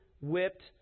whipped